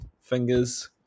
fingers